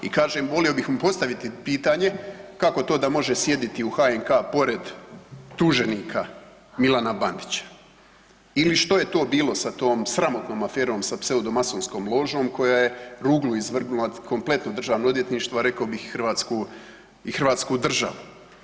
I kažem vodilo bih mu postaviti pitanje kako to da može sjediti u HNK pored tuženika Milana Bandića ili što je to bilo sa tom sramotnom aferom sa pseudomasonskom ložom koja je ruglu izvrgnula kompletno Državno odvjetništvo rekao bih i Hrvatsku, Hrvatsku državu.